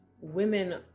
women